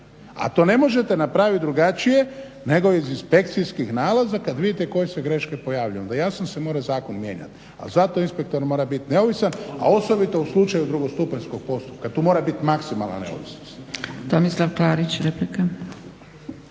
A to ne možete napraviti drugačije nego iz inspekcijskih nalaza kad vidite koje se greške pojavljuju. I onda jasno se mora zakon mijenjati. A zato inspektor mora biti neovisan, a osobito u slučaju drugostupanjskog postupka tu mora biti maksimalna neovisnost.